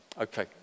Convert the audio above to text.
Okay